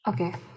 okay